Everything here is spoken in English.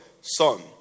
son